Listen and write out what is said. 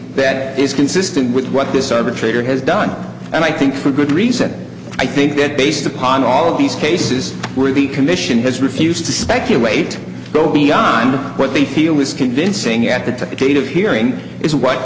that is consistent with what this arbitrator has done and i think for good reason i think that based upon all of these cases where the commission has refused to speculate go beyond what they feel is convincing at the top the gate of hearing is w